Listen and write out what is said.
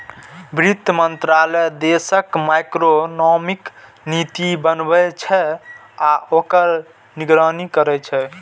वित्त मंत्रालय देशक मैक्रोइकोनॉमिक नीति बनबै छै आ ओकर निगरानी करै छै